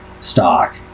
stock